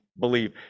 believe